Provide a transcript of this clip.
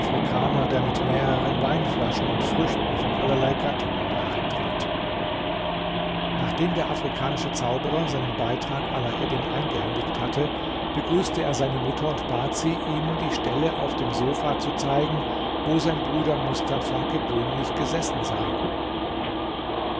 der mit mehreren weinflaschen und früchten von allerlei gattungen hereintrat nachdem der afrikanische zauberer seinen beitrag alaeddin eingehändigt hatte begrüßte er seine mutter und bat sie ihm die stelle auf dem sofa zu zeigen wo sein bruder mustafa gewöhnlich gesessen sei